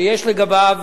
שיש לגביו,